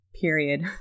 period